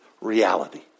reality